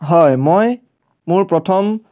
হয় মই মোৰ প্ৰথম